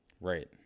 Right